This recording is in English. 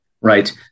right